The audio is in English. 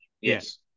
yes